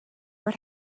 what